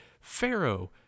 pharaoh